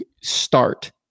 start